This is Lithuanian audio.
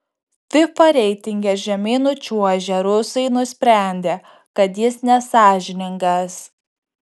fifa reitinge žemyn nučiuožę rusai nusprendė kad jis nesąžiningas